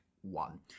one